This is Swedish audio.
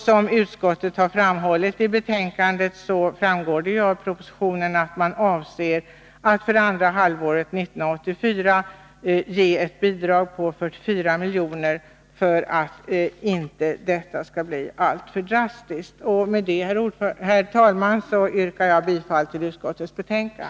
Som utskottet har framhållit i betänkandet, framgår det ju av propositionen att man avser att för andra halvåret 1984 ge ett bidrag på 44 milj.kr. för att detta inte skall bli alltför drastiskt. Med detta, herr talman, yrkar jag bifall till utskottets hemställan.